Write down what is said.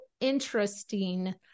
interesting